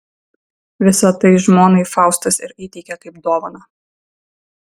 visa tai žmonai faustas ir įteikė kaip dovaną